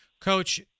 Coach